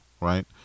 right